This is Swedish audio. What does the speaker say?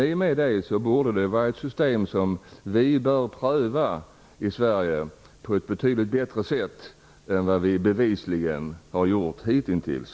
I och med det borde det vara ett system som vi kan pröva i Sverige på ett betydligt bättre sätt än vad vi bevisligen har gjort hitintills.